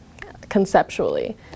conceptually